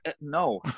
no